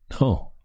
No